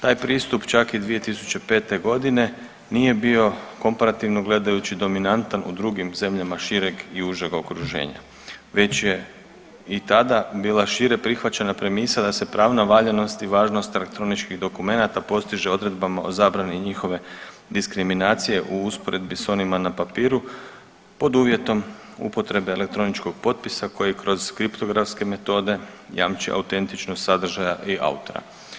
Taj pristup čak i 2005. godine nije bio komparativno gledajući dominantan u drugim zemljama šireg i užeg okruženja već je i tada bila šire prihvaćena premisa da se pravna valjanost i važnost elektroničkih dokumenta postiže odredbama o zabrani njihove diskriminacije u usporedbi s onima na papiru pod uvjetom upotrebe elektroničkog potpisa koji kroz kriptografske metode jamče autentičnost sadržaja i autora.